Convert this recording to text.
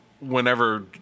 Whenever